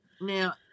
now